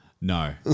No